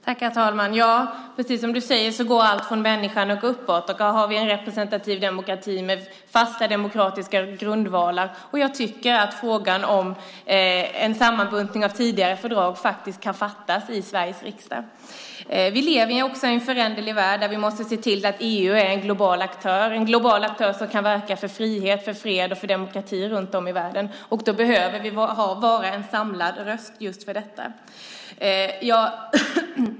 Herr talman! Precis som du säger går allt från människan och uppåt. Vi har en representativ demokrati med fasta demokratiska grundvalar. Jag tycker att frågan om en sammanbuntning av tidigare fördrag faktiskt kan lösas i Sveriges riksdag. Vi lever också i en föränderlig värld där vi måste se till att EU är en global aktör. Det ska vara en global aktör som kan verka för frihet, fred och demokrati runt om i världen. Då behöver vi vara en samlad röst just för detta.